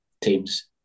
teams